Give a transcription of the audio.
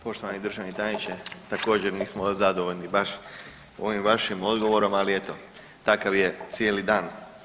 Poštovani državni tajniče također nismo zadovoljni baš ovim vašim odgovorom, ali eto takav je cijeli dan.